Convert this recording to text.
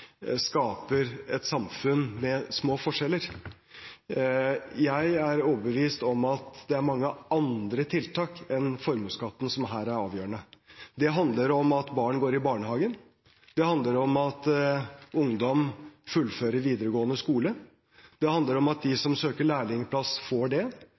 skaper et samfunn med små forskjeller. Jeg er overbevist om at det er mange andre tiltak enn formuesskatten som her er avgjørende. Det handler om at barn går i barnehagen, det handler om at ungdom fullfører videregående skole, det handler om at de som søker lærlingplass, får det,